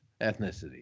ethnicity